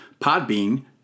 Podbean